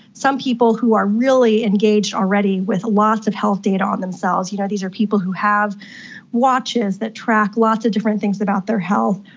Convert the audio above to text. some people who are really engaged already with lots of health data on themselves, you know these are people who have watches that track lots of different things about their health,